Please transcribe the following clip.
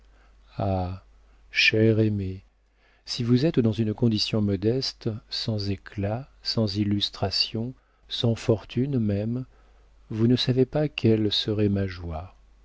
chère aimée si vous êtes dans une condition modeste sans éclat sans illustration sans fortune même vous ne savez pas quelle serait ma joie